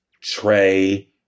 Trey